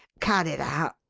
cut it out!